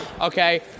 Okay